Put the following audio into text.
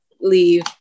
leave